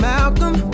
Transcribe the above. Malcolm